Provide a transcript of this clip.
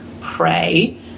pray